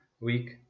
week